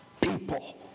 people